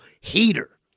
heater